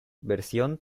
versión